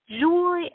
Joy